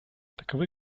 таковы